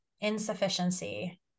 insufficiency